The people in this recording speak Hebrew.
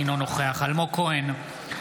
אינו נוכח אלמוג כהן,